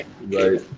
Right